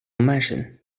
mention